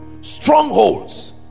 strongholds